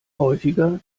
häufiger